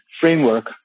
framework